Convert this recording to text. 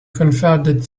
confounded